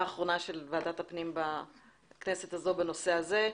האחרונה של ועדת הפנים בכנסת הזאת בנושא הזה.